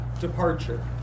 departure